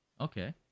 Okay